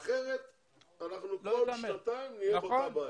כטי אחרת כל שנתיים נהיה באותה בעיה.